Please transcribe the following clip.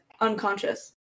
unconscious